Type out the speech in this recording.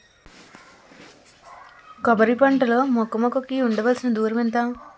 కొబ్బరి పంట లో మొక్క మొక్క కి ఉండవలసిన దూరం ఎంత